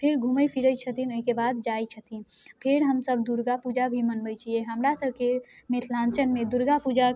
फेर घुमै फिरै छथिन फेर ओहिके बाद जाइ छथिन फेर हमसब दुर्गापूजा भी मनबै छिए हमरासबके मिथिलाञ्चलमे दुर्गापूजा